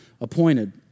appointed